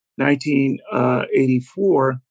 1984